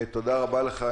תודה רבה לך,